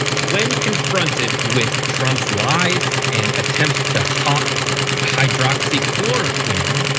when confronted with trump's lies and attempts to hawk hydroxychloroquine,